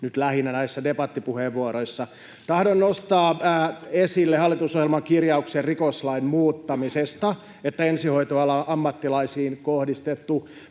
ohjelmasta myös jotain hyvääkin. Tahdon nostaa esille hallitusohjelman kirjauksen rikoslain muuttamisesta, siitä, että ensihoitoalan ammattilaisiin kohdistettu